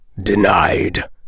Denied